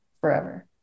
forever